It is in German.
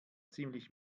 ziemlich